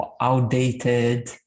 outdated